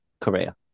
career